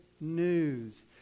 news